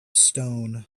stone